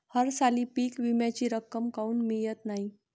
हरसाली पीक विम्याची रक्कम काऊन मियत नाई?